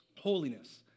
holiness